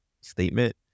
statement